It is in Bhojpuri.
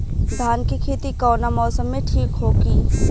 धान के खेती कौना मौसम में ठीक होकी?